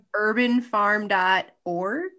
Urbanfarm.org